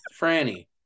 Franny